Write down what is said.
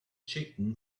chicken